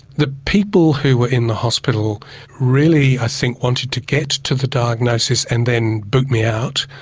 the people who were in the hospital really i think wanted to get to the diagnosis and then boot me out,